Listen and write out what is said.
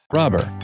robber